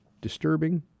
Disturbing